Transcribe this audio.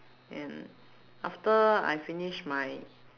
and after I finish my